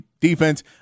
defense